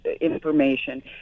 Information